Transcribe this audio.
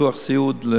ביטוח הסיעוד,